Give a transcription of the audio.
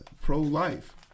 pro-life